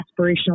aspirational